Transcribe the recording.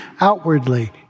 outwardly